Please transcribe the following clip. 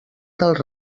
dels